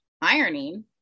ironing